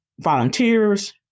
volunteers